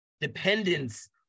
dependence